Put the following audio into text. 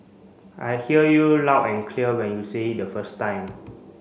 I hear you loud and clear when you say it the first time